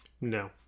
No